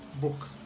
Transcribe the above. book